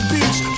Beach